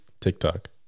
TikTok